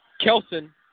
Kelson